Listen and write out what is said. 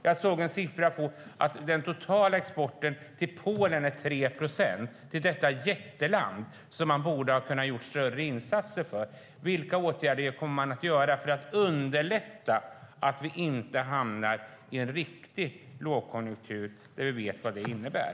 Jag såg siffran att den totala exporten till Polen utgör 3 procent. Detta jätteland borde man ha kunnat göra större insatser för. Vilka åtgärder kommer man att vidta för att underlätta för oss att inte hamna i en riktig lågkonjunktur? Vi vet vad det innebär.